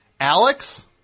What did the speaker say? Alex